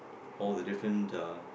all the different uh